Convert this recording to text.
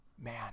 Man